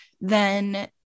then-